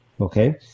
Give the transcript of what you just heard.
okay